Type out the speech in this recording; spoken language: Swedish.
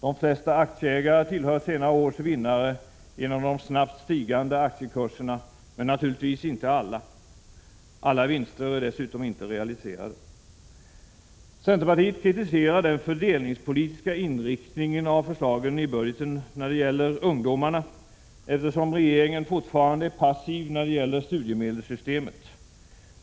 De flesta aktieägare tillhör senare års vinnare genom de snabbt stigande aktiekurserna, men naturligtvis inte alla. Alla vinster är dessutom inte realiserade, Centerpartiet kritiserar den fördelningspolitiska inriktningen av förslagen i budgeten när det gäller ungdomarna, eftersom regeringen fortfarande är passiv i fråga om studiemedelssystemet.